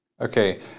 Okay